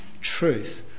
truth